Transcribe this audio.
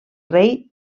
rei